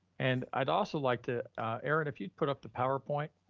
and i'd also like to erin, if you'd put up the powerpoint,